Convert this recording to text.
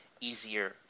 easier